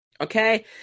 Okay